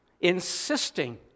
insisting